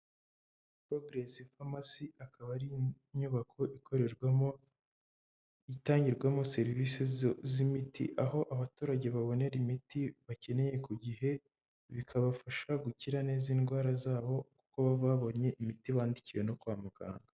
Progress pharmacy akaba ari inyubako ikorerwamo, itangirwamo serivisi z'imiti, aho abaturage babonera imiti bakeneye ku gihe, bikabafasha gukira neza indwara z'abo, kuko baba babonye imiti bandikiwe no kwa muganga.